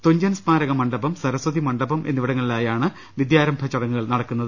തുഞ്ചൻ സ്മാരക മണ്ഡപം സരസ്വതി മണ്ഡപം എന്നിവിടങ്ങളിലായാണ് വിദ്യാരംഭ ചടങ്ങുകൾ നടക്കുന്നത്